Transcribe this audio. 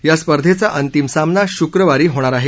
या स्पर्धेचा अंतिम सामना शुक्रवारी होणार आहे